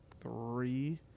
three